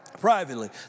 privately